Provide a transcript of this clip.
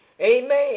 Amen